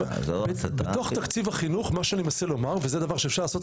מה שאני מנסה לומר זה שבתוך תקציב החינוך וזה דבר שאפשר לעשות